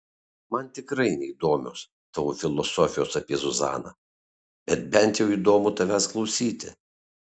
man tikrai neįdomios tavo filosofijos apie zuzaną bet bent jau įdomu tavęs klausyti